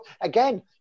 again